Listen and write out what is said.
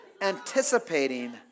anticipating